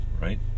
right